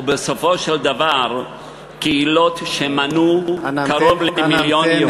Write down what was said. בסופו של דבר קהילות שמנו קרוב למיליון יהודים,